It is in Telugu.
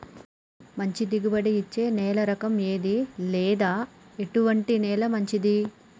మంచి దిగుబడి ఇచ్చే నేల రకం ఏది లేదా ఎటువంటి నేల మంచిది?